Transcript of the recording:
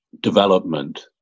development